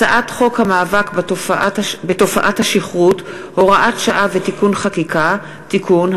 הצעת חוק המאבק בתופעת השכרות (הוראת שעה ותיקון חקיקה) (תיקון),